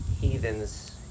heathens